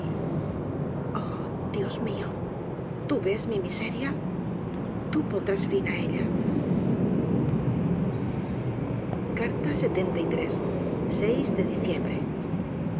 oh diosmio tú ves mi miseria tú pondrás fin á ella de diciembre